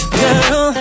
girl